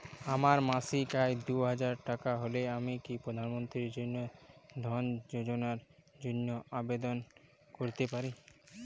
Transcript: আমার মাসিক আয় দুহাজার টাকা হলে আমি কি প্রধান মন্ত্রী জন ধন যোজনার জন্য আবেদন করতে পারি?